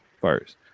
first